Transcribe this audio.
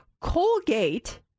Colgate